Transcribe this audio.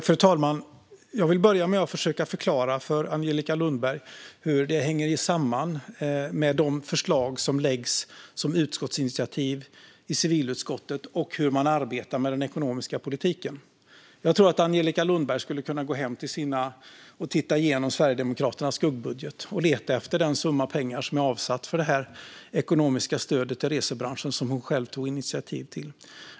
Fru talman! Jag vill börja med att försöka förklara för Angelica Lundberg hur det hänger samman med de förslag som läggs fram som utskottsinitiativ i civilutskottet och hur man arbetar med den ekonomiska politiken. Jag tror att Angelica Lundberg skulle kunna gå hem och titta igenom Sverigedemokraternas skuggbudget och leta efter den summa pengar som är avsatt för detta ekonomiska stöd till resebranschen som hon själv tog initiativ till.